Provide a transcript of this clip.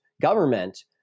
government